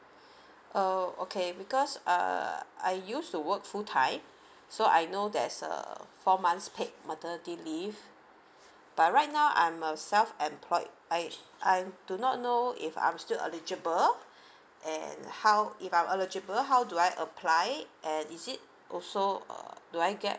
uh okay because err I used to work full time so I know there's a four months paid maternity leave but right now I'm a self employed I I do not know if I'm still eligible and how if I'm eligible how do I apply and is it also uh do I get